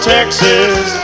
Texas